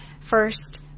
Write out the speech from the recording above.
First